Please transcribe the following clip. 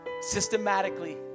systematically